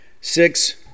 six